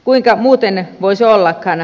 kuinka muuten voisi ollakaan